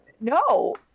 No